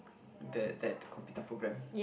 the that computer program